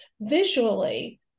visually